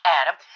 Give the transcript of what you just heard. Adam